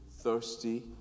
thirsty